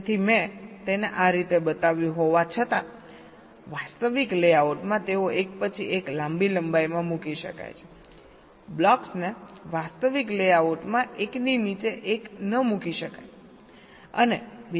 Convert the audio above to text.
તેથી મેં તેને આ રીતે બતાવ્યું હોવા છતાં વાસ્તવિક લેઆઉટમાં તેઓ એક પછી એક લાંબી લંબાઈમાં મૂકી શકાય છે બ્લોક્સને વાસ્તવિક લેઆઉટમાં એકની નીચે એક ન મૂકી શકાય